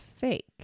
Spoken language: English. fake